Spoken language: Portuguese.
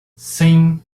sim